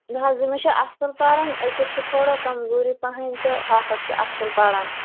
نہَ حظ یہِ مےٚ چھِ اَصٕل پران أکِس چھِ تھوڑا کَمزوٗری پَہن تہٕ ہۅکھ اَکھ چھِ اَصٕل پَران